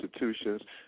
institutions